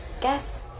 Guess